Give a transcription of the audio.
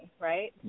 right